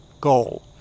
goal